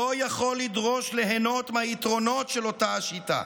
יכול לדרוש ליהנות מהיתרונות של אותה השיטה,